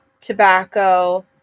tobacco